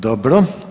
Dobro.